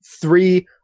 three